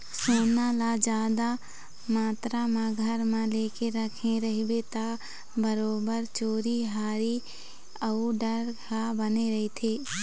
सोना ल जादा मातरा म घर म लेके रखे रहिबे ता बरोबर चोरी हारी अउ डर ह बने रहिथे